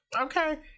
Okay